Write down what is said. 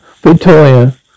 Victoria